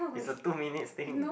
it's a two minute thing